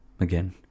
again